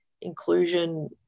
inclusion